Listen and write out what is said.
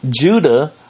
Judah